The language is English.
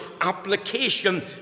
application